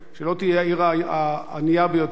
שלא תהיה העיר הענייה ביותר,